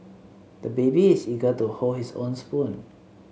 the baby is eager to hold his own spoon